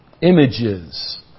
images